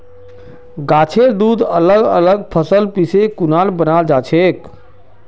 गाछेर दूध अलग अलग फसल पीसे खुना बनाल जाछेक